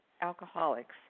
alcoholics